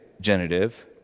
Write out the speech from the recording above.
genitive